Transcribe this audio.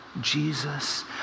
Jesus